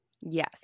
Yes